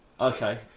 Okay